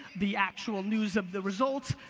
the actual news of the results,